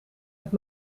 het